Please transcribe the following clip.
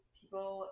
people